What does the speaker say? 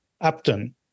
Upton